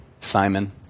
Simon